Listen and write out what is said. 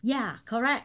ya correct